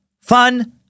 fun